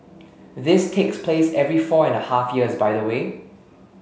this takes place every four and a half years by the way